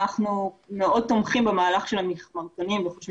אנחנו מאוד תומכים במהלך של המכמורתנים וחושבים